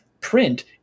print